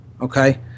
Okay